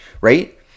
right